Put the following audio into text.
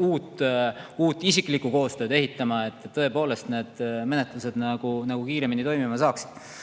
uut isiklikku koostööd ehitama, et tõepoolest need menetlused kiiremini toimima saaksid.